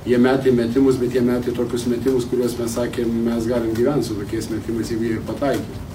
jie metė metimus bet jie metė tokius metimus kuriuos mes sakėm mes galim gyvent su tokiais metimais jeigu jie ir pataikytų